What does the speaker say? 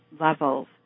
levels